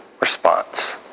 response